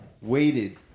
Waited